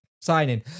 signing